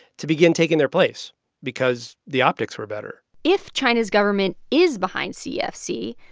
to begin taking their place because the optics were better if china's government is behind cefc,